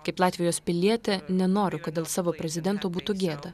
kaip latvijos pilietė nenoriu kad dėl savo prezidento būtų gėda